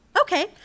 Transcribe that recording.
Okay